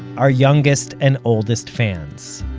our youngest and oldest fans.